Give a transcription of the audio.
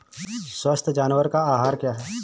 स्वस्थ जानवर का आहार क्या है?